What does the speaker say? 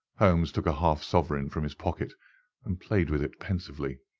holmes took a half-sovereign from his pocket and played with it pensively.